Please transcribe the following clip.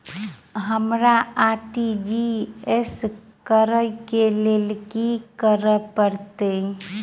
हमरा आर.टी.जी.एस करऽ केँ लेल की करऽ पड़तै?